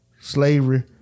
slavery